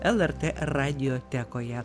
lrt radiotekoje